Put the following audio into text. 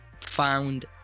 found